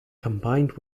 combined